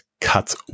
cuts